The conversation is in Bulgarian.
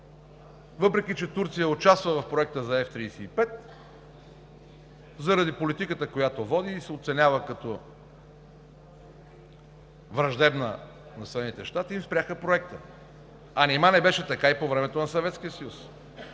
Въпреки че Турция участва в Проекта за F 35, заради политиката, която води и се оценява като враждебна, Съединените щати спряха проекта. А нима не беше така и по времето на